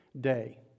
day